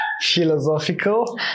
Philosophical